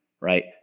right